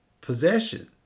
possession